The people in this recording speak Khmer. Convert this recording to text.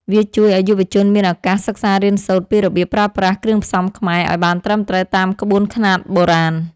វាជួយឱ្យយុវជនមានឱកាសសិក្សារៀនសូត្រពីរបៀបប្រើប្រាស់គ្រឿងផ្សំខ្មែរឱ្យបានត្រឹមត្រូវតាមក្បួនខ្នាតបុរាណ។